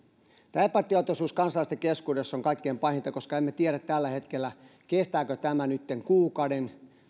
tämä epätietoisuus kansalaisten keskuudessa on kaikkein pahinta koska emme tiedä tällä hetkellä kestääkö tämä nytten kuukauden